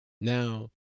Now